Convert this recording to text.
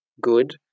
good